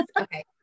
Okay